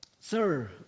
sir